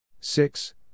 Six